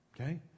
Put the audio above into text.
Okay